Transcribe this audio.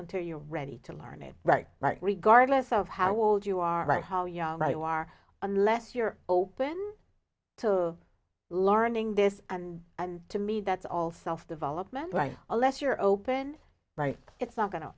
until you're ready to learn it right regardless of how old you are right how young you are unless you're open to learning this and and to me that's all self development right a less you're open right it's not go